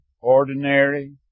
ordinary